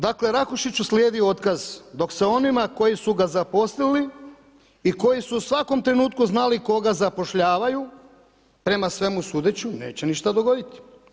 Dakle, Rakušiću slijedi otkaz, dok se onima koji su ga zaposlili i koji su u svakom trenutku znali koga zapošljavaju, prema svemu sudeći neće ništa dogoditi.